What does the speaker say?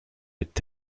est